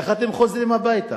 איך אתם חוזרים הביתה?